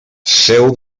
seu